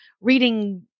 reading